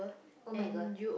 !oh-my-God!